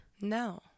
No